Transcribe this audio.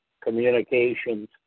communications